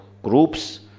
groups